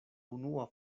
unua